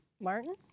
Martin